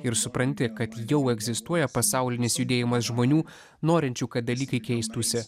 ir supranti kad jau egzistuoja pasaulinis judėjimas žmonių norinčių kad dalykai keistųsi